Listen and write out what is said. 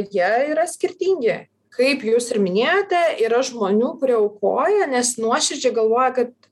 jie yra skirtingi kaip jūs ir minėjote yra žmonių kurie aukoja nes nuoširdžiai galvoja kad